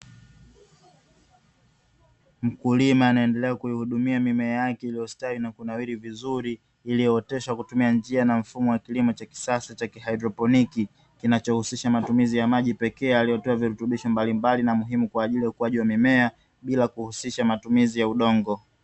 Mkulima anaendelea kuihudumia mimea yake iliyostawi na kunawiri vizuri, iliyooteshwa kwa kutumia njia na mfumo wa kilimo cha kisasa cha kihaidroponi, Kinachohusisha matumizi ya maji pekee yaliyotiwa virutubisho mbalimbali na muhimu kwa ajili ya ukuaji wa mimea, bila kuhusisha matumizi ya udongo.